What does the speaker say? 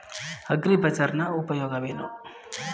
ಅಗ್ರಿಬಜಾರ್ ನ ಉಪಯೋಗವೇನು?